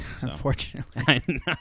Unfortunately